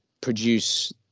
produce